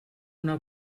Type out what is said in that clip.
una